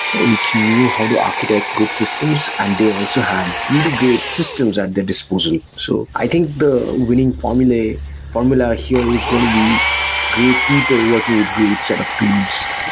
which knew how to architect good systems and they also had really great systems at and their disposal. so i think the winning formula formula here is going to be great people working with great set of tools.